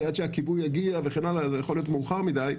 כי עד שהכיבוי וכן הלאה זה יכול להיות מאוחר מדי.